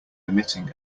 emitting